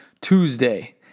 Tuesday